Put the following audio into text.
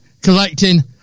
collecting